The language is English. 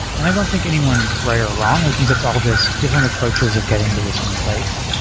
and i don't think anyone's right or wrong. i think it's all just different approaches of getting to the same place.